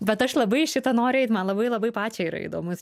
bet aš labai į šitą noriu eit man labai labai pačiai yra įdomus